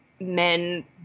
men